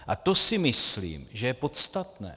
A to si myslím, že je podstatné.